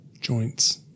Joints